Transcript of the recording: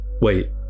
Wait